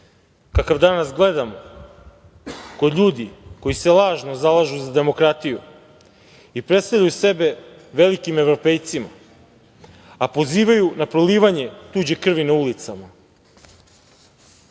kakav danas gledamo kod ljudi koji se lažno zalažu za demokratiju i predstavljaju sebe velikim Evropejcima, a pozivaju na prolivanje tuđe krvi na